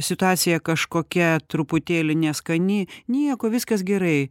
situacija kažkokia truputėlį neskani nieko viskas gerai